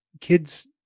kids